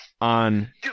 on